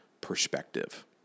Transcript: perspective